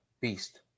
beast